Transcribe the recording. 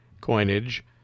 coinage